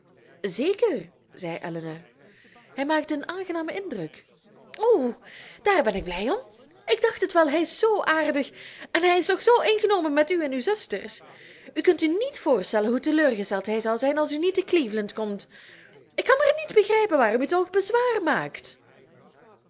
zeker zei elinor hij maakt een aangenamen indruk o daar ben ik blij om ik dacht het wel hij is zoo aardig en hij is toch zoo ingenomen met u en uw zusters u kunt u niet voorstellen hoe teleurgesteld hij zal zijn als u niet te cleveland komt ik kan maar niet begrijpen waarom u toch bezwaar maakt